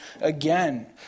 again